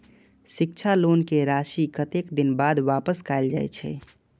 शिक्षा लोन के राशी कतेक दिन बाद वापस कायल जाय छै?